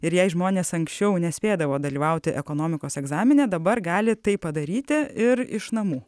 ir jei žmonės anksčiau nespėdavo dalyvauti ekonomikos egzamine dabar gali tai padaryti ir iš namų